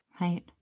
Right